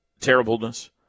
terribleness